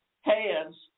hands